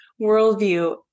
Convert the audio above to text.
worldview